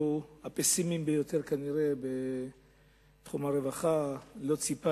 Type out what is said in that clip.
הפסימיים ביותר בתחומי הרווחה לא ציפו